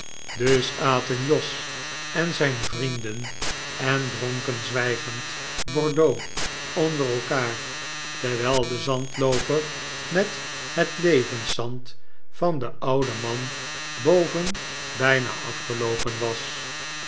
dus aten jos en zijn vrienden en dronken zwijgend bordeaux onder elkaar terwijl de zandlooper met het levenszand van den ouden man boven bijna afgeloopen was